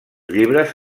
llibres